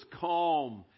calm